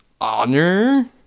honor